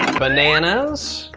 bananas.